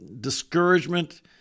discouragement